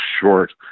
short